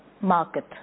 market